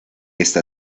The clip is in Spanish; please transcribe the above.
está